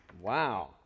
Wow